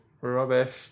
rubbish